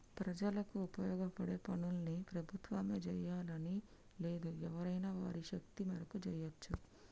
ప్రజలకు ఉపయోగపడే పనుల్ని ప్రభుత్వమే జెయ్యాలని లేదు ఎవరైనా వారి శక్తి మేరకు జెయ్యచ్చు